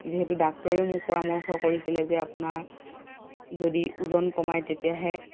যিহেতু ডাক্তৰেও মোক পৰামৰ্শ কৰিছিলে যে আপোনাৰ যদি ওজন কমায় তেতিয়াহে